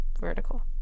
vertical